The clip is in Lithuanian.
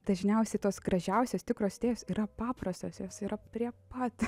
dažniausiai tos gražiausios tikros idėjos yra paprastos jos yra prie pat